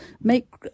make